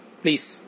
please